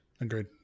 agreed